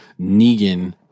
Negan